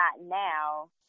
now